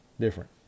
different